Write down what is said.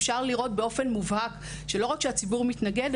אפשר לראות באופן מובהק שלא רק שהציבור מתנגד,